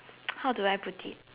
how do I put it